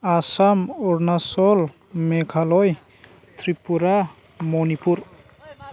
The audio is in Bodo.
आसाम अरुनाचल मेघालय त्रिपुरा मनिपुर